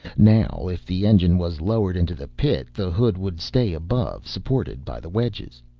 now, if the engine was lowered into the pit, the hood would stay above supported by the wedges.